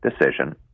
decision